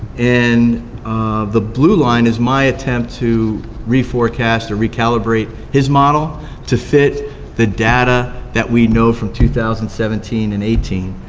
and the blue line is my attempt to re-forecast or recalibrate his model to fit the data that we know from two thousand and seventeen and eighteen,